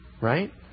right